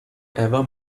ever